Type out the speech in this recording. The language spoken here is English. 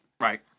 Right